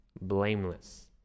blameless